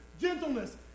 gentleness